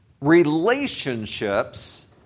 Relationships